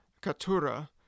Katura